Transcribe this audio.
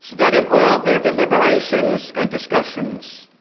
that in all of their deliberations and discussions,